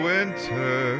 Winter